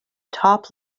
top